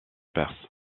perse